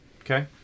okay